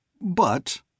But—